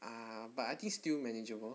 ah but I think still manageable